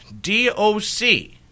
D-O-C